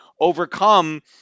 overcome